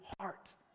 heart